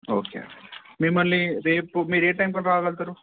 okay మిమ్మలని రేపు మీరు ఏ టైం అలా రాగలుగుతారు